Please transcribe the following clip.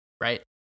right